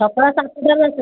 ସକାଳ ସାତଟାରୁ ଆସନ୍ତୁ